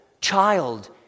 child